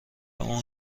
اون